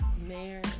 Mayor